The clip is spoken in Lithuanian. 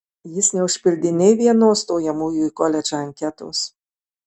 jis neužpildė nė vienos stojamųjų į koledžą anketos